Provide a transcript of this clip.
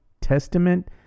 testament